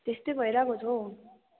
त्यस्तै भइरहेको छ हौ